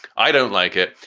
i don't like it.